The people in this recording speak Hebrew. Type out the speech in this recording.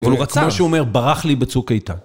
אבל הוא רצה, כמו שהוא אומר, ברח לי בצוק איתה.